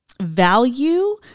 value